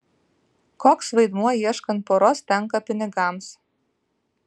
koks vaidmuo ieškant poros tenka pinigams